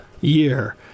year